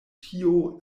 tio